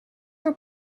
were